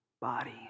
body